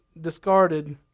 discarded